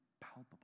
palpable